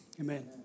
Amen